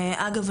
אגב,